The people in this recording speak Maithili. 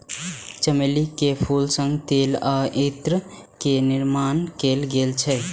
चमेली के फूल सं तेल आ इत्र के निर्माण कैल जाइ छै